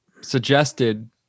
suggested